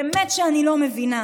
באמת אני לא מבינה.